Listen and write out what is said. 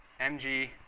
mg